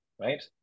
right